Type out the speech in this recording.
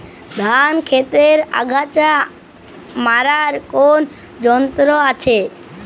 ধান ক্ষেতের আগাছা মারার কোন যন্ত্র আছে?